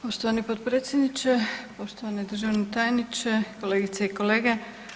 Poštovani potpredsjedniče, poštovani državni tajniče, kolegice i kolege.